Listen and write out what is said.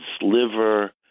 liver